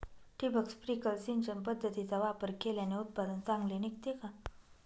ठिबक, स्प्रिंकल सिंचन पद्धतीचा वापर केल्याने उत्पादन चांगले निघते का?